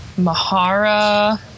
Mahara